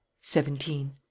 Seventeen